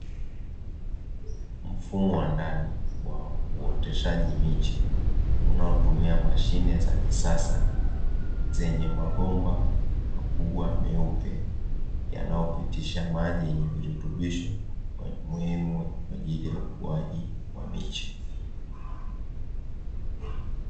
Mfumo wa ndani wa uoteshaji miche unaotumia mashine za kisasa, zenye mabomba makubwa meupe yanayo pitisha maji yenye virutubisho muhimu kwa ajili ya ukuaji wa miche.